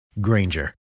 Granger